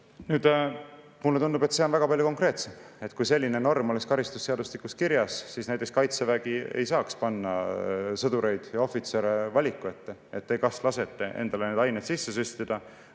Nüüd, mulle tundub, et see on väga palju konkreetsem. Kui selline norm oleks karistusseadustikus kirjas, siis näiteks Kaitsevägi ei saaks panna sõdureid ja ohvitsere valiku ette, et te kas lasete endale neid aineid sisse süstida